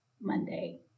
Monday